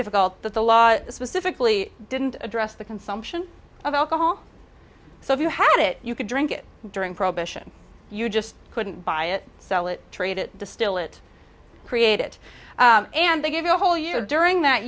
difficult that the law specifically didn't address the consumption of alcohol so if you had it you could drink it during prohibition you just couldn't buy it sell it trade it distill it create it and they gave you a whole year during that